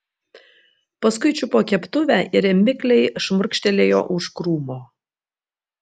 paskui čiupo keptuvę ir mikliai šmurkštelėjo už krūmo